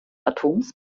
atoms